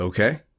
Okay